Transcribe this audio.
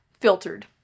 filtered